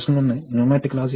మేము దీనిని విశ్లేషించాము